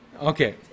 Okay